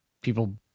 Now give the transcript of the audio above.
people